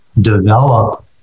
develop